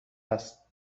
هست